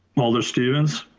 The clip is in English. alder stevens.